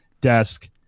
desk